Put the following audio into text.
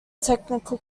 technical